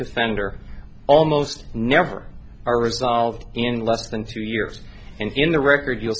defender almost never are resolved in less than two years in the record you